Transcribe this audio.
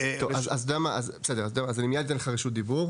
אז אני מיד אתן לך רשות דיבור.